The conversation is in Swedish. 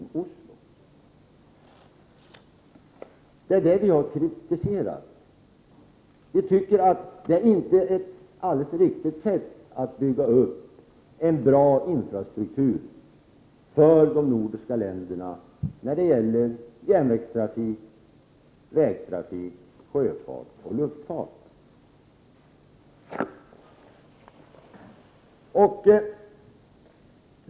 Det är det som vi har kritiserat. Vi tycker nämligen inte att det är ett alldeles riktigt sätt att bygga upp en bra infrastruktur för de nordiska länderna när det gäller järnvägstrafik, vägtrafik, sjöfart och luftfart.